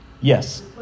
Yes